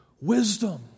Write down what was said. Wisdom